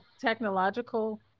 technological